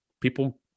people